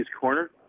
corner